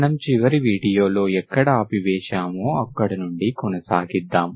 మనం చివరి వీడియోలో ఎక్కడ ఆపివేశామో అక్కడ నుండి కొనసాగిద్దాం